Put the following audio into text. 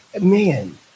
man